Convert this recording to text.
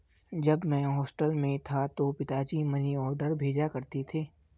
जब मैं हॉस्टल में था तो पिताजी मनीऑर्डर भेजा करते थे